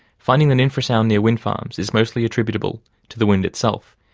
finding that infrasound near wind farms is mostly attributable to the wind itself,